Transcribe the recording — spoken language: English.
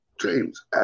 James